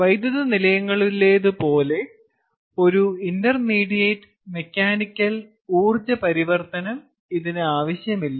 വൈദ്യുത നിലയങ്ങളിലേതുപോലെ ഒരു ഇന്റർമീഡിയറ്റ് മെക്കാനിക്കൽ ഊർജ്ജ പരിവർത്തനം ഇതിന് ആവശ്യമില്ല